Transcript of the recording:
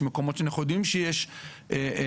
יש מקומות שאנחנו יודעים שיש תת-דיווח,